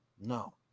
No